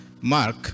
Mark